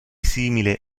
simile